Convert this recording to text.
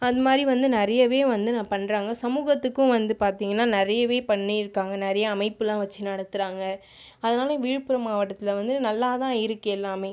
அத மாதிரி வந்து நிறையவே வந்து நான் பண்ணுறாங்க சமூகத்துக்கும் வந்து பார்த்திங்கன்னா நிறையவே பண்ணிருக்காங்க நிறைய அமைப்புலாம் வச்சு நடத்துறாங்க அதனால் விழுப்புரம் மாவட்டத்தில் வந்து நல்லா தான் இருக்கு எல்லாமே